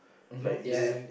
mmhmm yeah yup